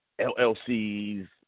LLCs